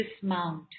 dismount